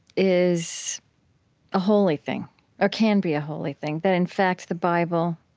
is a holy thing or can be a holy thing that, in fact, the bible